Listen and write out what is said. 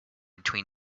between